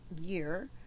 year